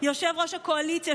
יושב-ראש הקואליציה,